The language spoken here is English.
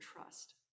trust